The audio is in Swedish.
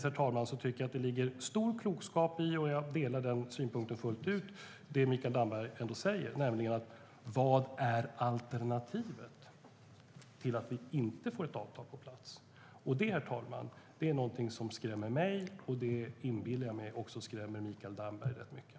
Därför tycker jag att det ligger stor klokskap i det som Mikael Damberg säger - och jag delar den synpunkten fullt ut - nämligen: Vad är alternativet, om vi inte får ett avtal på plats? Det är något som skrämmer mig. Jag inbillar mig att det också skrämmer Mikael Damberg ganska mycket.